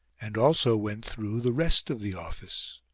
and also went through the rest of the office.